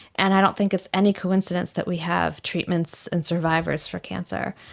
and i don't think it's any coincidence that we have treatments and survivors for cancer.